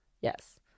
Yes